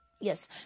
Yes